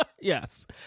Yes